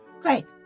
Great